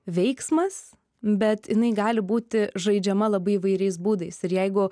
veiksmas bet jinai gali būti žaidžiama labai įvairiais būdais ir jeigu